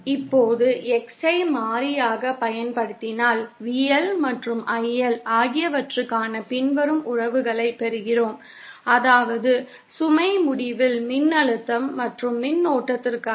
இப்போது X ஐ மாறியாகப் பயன்படுத்தினால் VL மற்றும் IL ஆகியவற்றுக்கான பின்வரும் உறவுகளைப் பெறுகிறோம் அதாவது சுமை முடிவில் மின்னழுத்தம் மற்றும் மின்னோட்டத்திற்காக